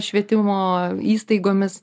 švietimo įstaigomis